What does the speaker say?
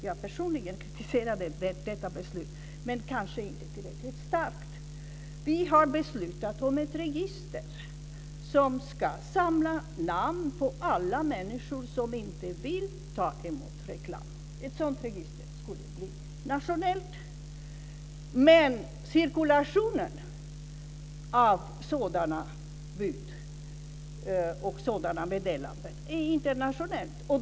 Jag personligen kritiserade detta beslut, men kanske inte tillräckligt starkt. Vi har beslutat om ett register som ska samla namn på alla människor som inte vill ta emot reklam. Ett sådant register skulle bli nationellt. Men cirkulationen av sådana meddelanden är internationell.